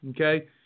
okay